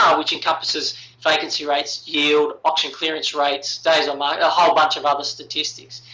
which encompasses vacancy rates, yield, auction clearance rates, days on market, a whole bunch of other statistics.